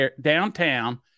downtown